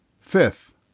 Fifth